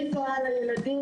אני פה על הילדים,